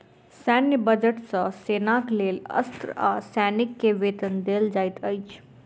सैन्य बजट सॅ सेनाक लेल अस्त्र आ सैनिक के वेतन देल जाइत अछि